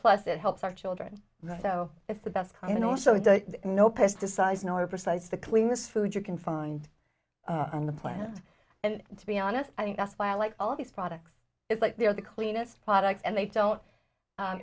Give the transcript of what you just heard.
plus it helps our children so it's the best kind you know so it's no pesticides and herbicides the cleanest food you can find on the planet and to be honest i think that's why i like all these products it's like they're the cleanest products and they don't